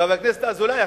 וחבר הכנסת אזולאי,